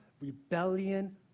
rebellion